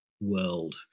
world